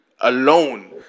alone